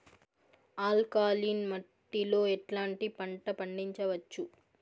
Alkaline మట్టి లో ఎట్లాంటి పంట పండించవచ్చు,?